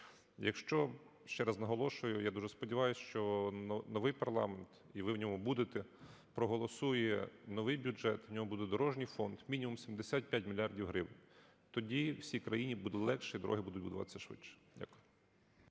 Якщо, ще раз наголошую, я дуже сподіваюся, що новий парламент, і ви в ньому будете, проголосує новий бюджет, в ньому буде дорожній фонд, мінімум, 75 мільярдів гривень, тоді всій країні буде легше, і дороги будуть будуватися швидше. Дякую.